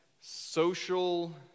social